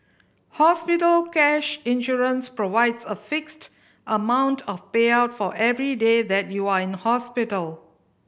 hospital cash insurance provides a fixed amount of payout for every day that you are in hospital